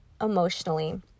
emotionally